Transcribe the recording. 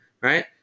right